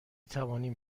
توانیم